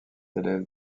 élève